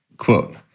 Quote